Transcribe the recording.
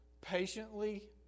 patiently